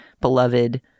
beloved